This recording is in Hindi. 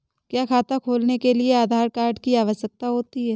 क्या खाता खोलने के लिए आधार कार्ड की आवश्यकता होती है?